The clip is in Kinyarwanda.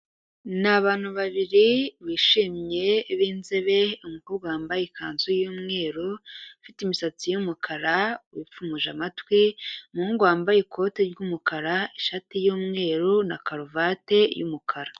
Ni abantu babiri bishimye, b'inzobe, umukobwa wambaye ikanzu y'umweru, ufite imisatsi y'umukara, wipfumuje amatwi, umuhungu wambaye ikoti ry'umukara, ishati y'umweru na karuvati y'umukara.